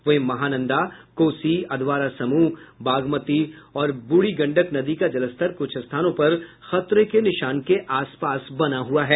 वहीं महानंदा कोसी अधवारा समूह बागमती और ब्रढ़ी गंडक नदी का जलस्तर कृछ स्थानों पर खतरे के निशान के आसपास बना हुआ है